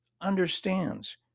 understands